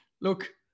look